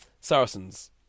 Saracens